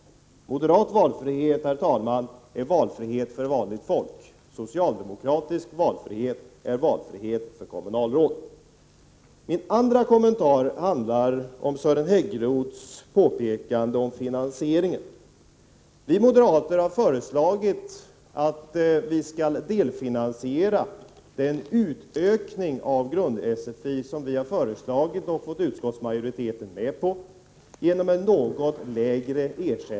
Moderat valfrihet, herr talman, är valfrihet för vanligt folk. Socialdemokratisk valfrihet är valfrihet för kommunalråd. Min andra kommentar handlar om Sören Häggroths påpekande om finansieringen. Vi moderater har föreslagit att man genom en något lägre ersättning till invandrarna skall delfinansiera den utökning av grund-SFI som vi har föreslagit och fått utskottsmajoriteten med på.